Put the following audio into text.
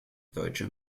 deutsche